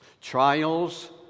Trials